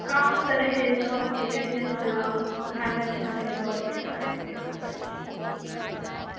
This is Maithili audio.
काम तऽ रहै छै सभकेँ लेकिन जे छै ने वएहमे जे छै ने कनि घरो परिवारके देखऽ पड़ै छै से बात छै